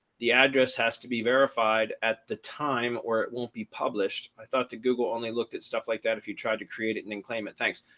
the address has to be verified at the time or it won't be published. i thought that google only looked at stuff like that if you tried to create it and and claim it, thanks.